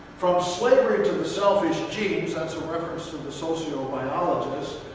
from slavery to the selfish genes, that's a reference to the socio-biologists,